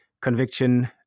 conviction